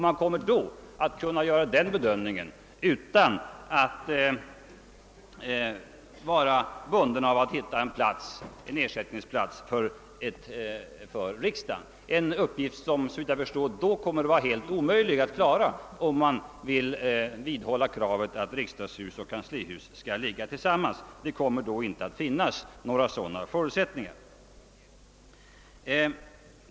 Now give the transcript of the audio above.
Man kommer då att kunna göra den bedömningen utan att vara bunden av att hitta en ersättningsplats för riksdagen, en uppgift som såvitt jag förstår då kommer att vara helt omöjlig att klara, om man vill vidhålla kravet på att riksdagshus och kanslihus skall ligga tillsammans. Det kommer då inte att finnas några sådana förutsättningar.